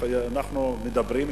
אנחנו מדברים,